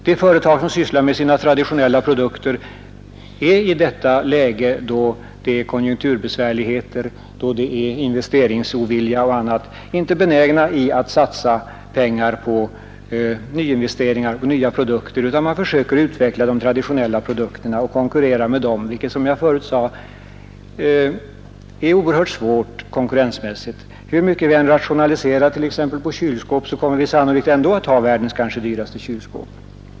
De företag som sysslar med sina traditionella produkter är i detta läge, med konjunkturbesvärligheter, investeringsovilja och annat, inte benägna att satsa pengar på nyinvesteringar och på nya produkter utan man försöker utveckla de traditionella produkterna och konkurrera med dem vilket, som jag förut sade, är oerhört svårt konkurrensmässigt. Hur mycket vi än rationaliserar, t.ex. på kylskåpsområdet, kommer vi sannolikt ändå att ha världens kanske dyraste kylskåp.